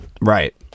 right